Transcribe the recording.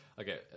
okay